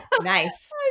Nice